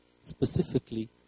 specifically